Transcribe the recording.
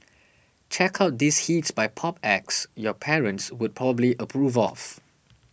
check out these hits by pop acts your parents would probably approve of